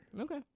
Okay